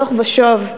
הלוך ושוב.